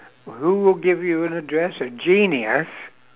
who will give you an address a genius